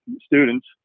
students